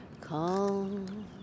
come